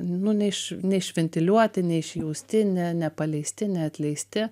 nu neiš neišventiliuoti neišjausti ne nepaleisti neatleisti